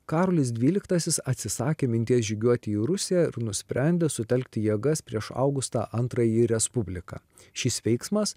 karolis dvyliktasis atsisakė minties žygiuoti į rusiją ir nusprendė sutelkti jėgas prieš augustą antrąjį respubliką šis veiksmas